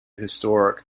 historic